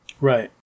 Right